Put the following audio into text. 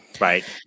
Right